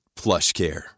PlushCare